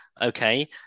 okay